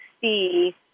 see